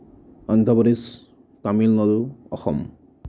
Andhra Pradesh Tamil Nadu Assam